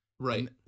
Right